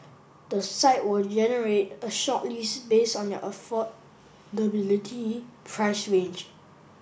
the site will generate a shortlist based on their affordability price range